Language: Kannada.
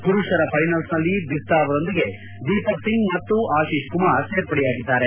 ಪುರುಷರ ಫೈನಲ್ಸ್ನಲ್ಲಿ ಬಿಸ್ತ್ ಅವರೊಂದಿಗೆ ದೀಪಕ್ ಸಿಂಗ್ ಮತ್ತು ಆಶಿಶ್ ಕುಮಾರ್ ಸೇರ್ಪಡೆಯಾಗಿದ್ದಾರೆ